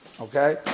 Okay